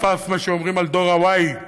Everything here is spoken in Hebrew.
על אף מה שאומרים על דור ה-Y,